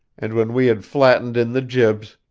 and when we had flattened in the jibs,